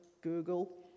Google